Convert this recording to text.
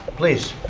please,